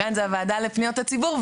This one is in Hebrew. כאן זו הוועדה לפניות הציבור,